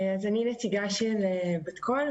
אני נציגה של בת קול,